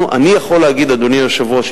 אדוני היושב-ראש,